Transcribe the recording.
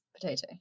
potato